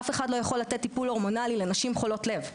אף אחד לא יכול לתת טיפול הורמונלי לנשים חולות לב.